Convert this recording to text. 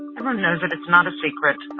everyone knows it. it's not a secret,